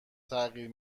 تغییر